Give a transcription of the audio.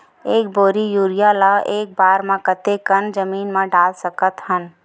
एक बोरी यूरिया ल एक बार म कते कन जमीन म डाल सकत हन?